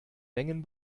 mengen